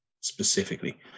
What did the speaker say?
specifically